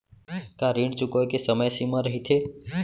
का ऋण चुकोय के समय सीमा रहिथे?